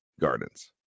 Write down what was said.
Gardens